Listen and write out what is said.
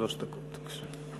שלוש דקות, בבקשה.